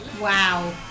Wow